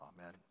Amen